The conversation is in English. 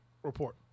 Report